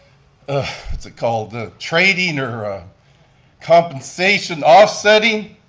ah what's it called, the trading or compensation offsetting,